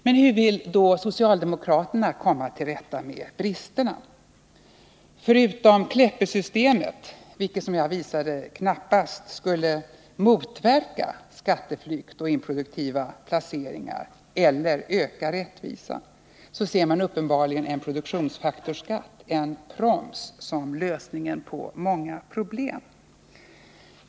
Men hur vill då socialdemokraterna komma till rätta med bristerna? Förutom Kleppesystemet, vilket, som jag visat, knappast skulle motverka skatteflykt och improduktiva placeringar eller öka rättvisan, ser man uppenbarligen en produktionsfaktorskatt, en proms, som lösningen på många problem.